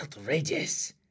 outrageous